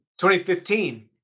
2015